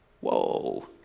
Whoa